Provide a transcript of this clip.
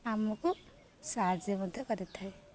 ଆମକୁ ସାହାଯ୍ୟ ମଧ୍ୟ କରିଥାଏ